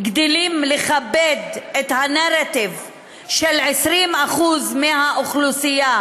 גדלים לכבד את הנרטיב של 20% מהאוכלוסייה,